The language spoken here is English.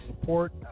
Support